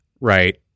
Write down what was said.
right